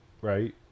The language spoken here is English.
Right